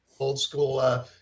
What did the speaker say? old-school